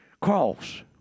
cross